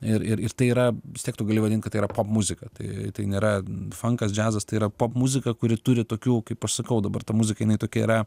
ir ir tai yra vis tiek tu gali vadint kad tai yra popmuzika tai tai nėra frankas džiazas tai yra popmuzika kuri turi tokių kaip aš sakau dabar ta muzika jinai tokia yra